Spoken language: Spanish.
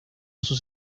sus